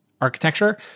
architecture